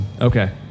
Okay